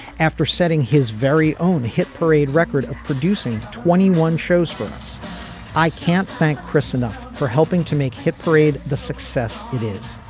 after setting his very own hit parade record of producing twenty one shows for us i can't thank chris enough for helping to make a parade the success it is.